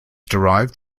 derived